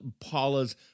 Paula's